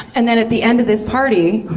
and then at the end of this party,